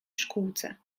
szkółce